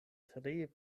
tre